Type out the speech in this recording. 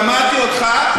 שמעתי אותך.